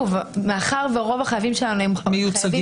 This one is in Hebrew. מאחר ורוב החייבים שלנו מיוצגים,